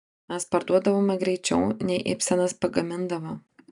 mes parduodavome greičiau nei ibsenas pagamindavo